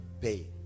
pay